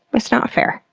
but it's not fair.